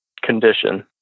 condition